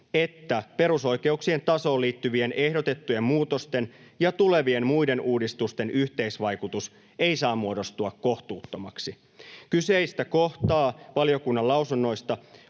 että perusoikeuksien tasoon liittyvien ehdotettujen muutosten ja tulevien muiden uudistusten yhteisvaikutus ei saa muodostua kohtuuttomaksi. Kyseistä kohtaa valiokunnan lausunnoista